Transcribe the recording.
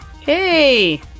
Hey